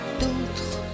d'autres